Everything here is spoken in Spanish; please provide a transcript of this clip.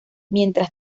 mientras